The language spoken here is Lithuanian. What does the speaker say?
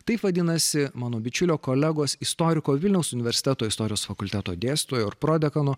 taip vadinasi mano bičiulio kolegos istoriko vilniaus universiteto istorijos fakulteto dėstytojo ir prodekano